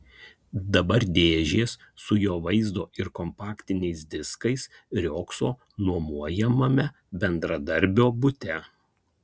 dabar dėžės su jo vaizdo ir kompaktiniais diskais riogso nuomojamame bendradarbio bute